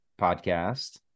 podcast